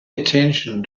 attention